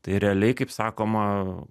tai realiai kaip sakoma